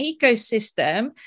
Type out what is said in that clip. ecosystem